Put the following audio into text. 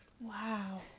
Wow